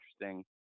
interesting